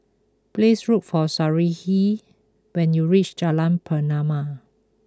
please look for Sarahi when you reach Jalan Pernama